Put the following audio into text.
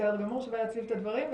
בסדר גמור, שווה להצליב את הדברים.